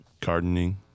gardening